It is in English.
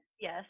Yes